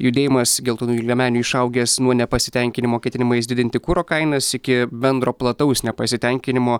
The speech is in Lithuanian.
judėjimas geltonųjų liemenių išaugęs nuo nepasitenkinimo ketinimais didinti kuro kainas iki bendro plataus nepasitenkinimo